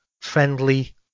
friendly